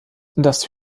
das